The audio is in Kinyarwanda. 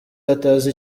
atazi